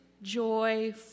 joy